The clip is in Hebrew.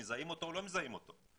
מזהים אותו או לא מזהים אותו?